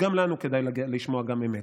גם לנו כדאי לשמוע אמת.